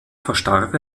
verstarb